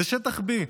זה שטח B,